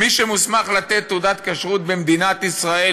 מי שמוסמך לתת תעודת כשרות במדינת ישראל,